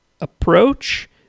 approach